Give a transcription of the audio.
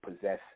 possess